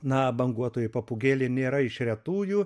na banguotoji papūgėlė nėra iš retųjų